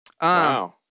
Wow